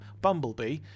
Bumblebee